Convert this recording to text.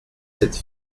cette